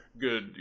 Good